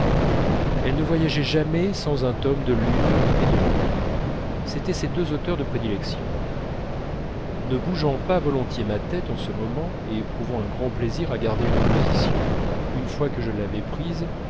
elle ne voyageait jamais sans un tome de l'une et de l'autre c'était ses deux auteurs de prédilection ne bougeant pas volontiers ma tête en ce moment et éprouvant un grand plaisir à garder une position une fois que je l'avais prise